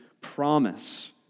promise